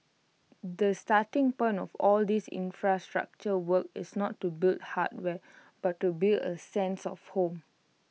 the starting point of all these infrastructure work is not to build hardware but to build A sense of home